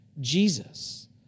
Jesus